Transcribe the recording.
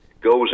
goes